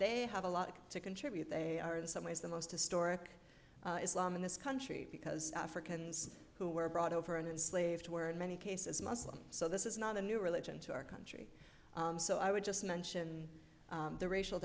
they have a lot to contribute they are in some ways the most historic islam in this country because africans who were brought over and enslaved were in many cases muslim so this is not a new religion to our country so i would just mention the racial